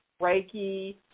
Reiki